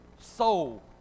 soul